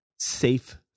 safe